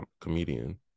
comedian